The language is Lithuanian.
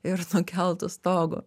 ir nukeltu stogu